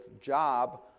job